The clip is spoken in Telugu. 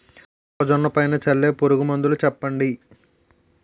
మొక్క పైన చల్లే పురుగు మందులు చెప్పండి?